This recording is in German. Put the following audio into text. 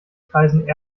kreisen